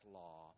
law